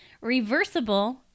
Reversible